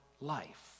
life